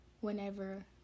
whenever